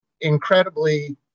incredibly